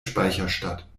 speicherstadt